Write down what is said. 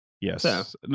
Yes